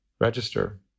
register